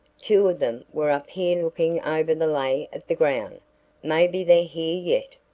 two of them were up here looking over the lay of the ground maybe they're here yet.